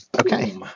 Okay